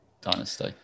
dynasty